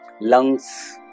lungs